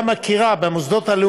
בעזה, זה מחדל?